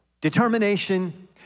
Determination